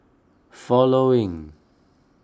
following